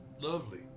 lovely